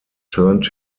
turned